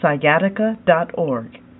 sciatica.org